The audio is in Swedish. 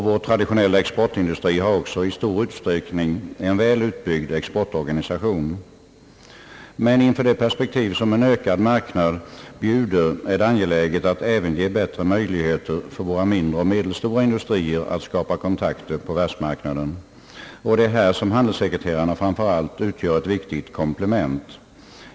Vår traditionella exportindustri har också i stor utsträckning en väl utbyggd exportorganisation. Men inför de perspektiv som en ökad marknad bjuder är det angeläget att även ge våra mindre och medelstora industrier bättre möjligheter att skapa kontakter på världsmarknaden. Det är här som handelssekreterarna framför allt utgör ett viktigt komplement.